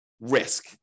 risk